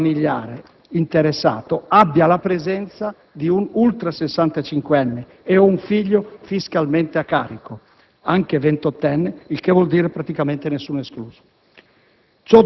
familiare interessato abbia la presenza di un ultrasessantacinquenne e/o un figlio fiscalmente a carico, anche ventottenne; il che vuol dire praticamente nessuno escluso!).